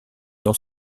dans